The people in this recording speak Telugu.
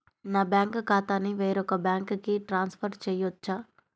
నా బ్యాంక్ ఖాతాని వేరొక బ్యాంక్కి ట్రాన్స్ఫర్ చేయొచ్చా?